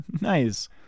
Nice